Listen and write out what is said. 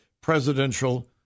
presidential